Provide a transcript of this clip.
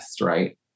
right